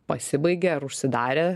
pasibaigė ar užsidarė